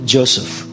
Joseph